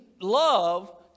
love